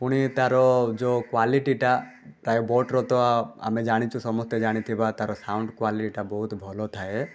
ପୁଣି ତା'ର ଯେଉଁ କ୍ଵାଲିଟିଟା ତା' ବୋଟ୍ର ତ ଆମେ ଜାଣିଛୁ ସମସ୍ତେ ଜାଣିଥିବା ତା'ର ସାଉଣ୍ଡ୍ କ୍ଵାଲିଟିଟା ବହୁତ ଭଲଥାଏ